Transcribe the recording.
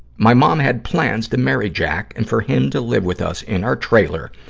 my mom had plans to marry jack and for him to live with us in our trailer,